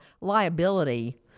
liability